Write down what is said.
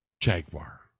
Jaguar